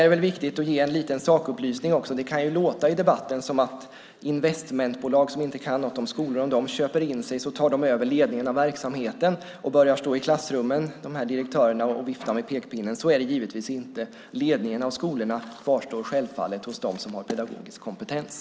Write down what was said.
Det är viktigt att ge en liten sakupplysning också. Det kan i debatten låta som att om investmentbolag som inte kan något om skolor köper in sig tar de över ledningen av verksamheten, så att direktörerna börjar stå i klassrummen och vifta med pekpinnen. Så är det givetvis inte. Ledningen av skolorna kvarstår självfallet hos dem som har pedagogisk kompetens.